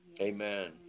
Amen